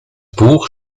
buch